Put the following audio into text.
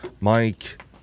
Mike